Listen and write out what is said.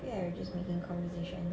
think I'm just making conversation